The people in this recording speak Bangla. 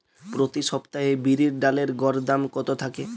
প্রতি সপ্তাহে বিরির ডালের গড় দাম কত থাকে?